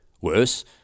Worse